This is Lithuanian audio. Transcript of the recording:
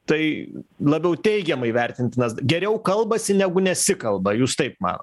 tai labiau teigiamai vertintinas geriau kalbasi negu nesikalba jūs taip manot